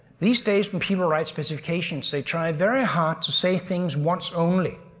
these days, when people write specifications, they try very hard to say things once only.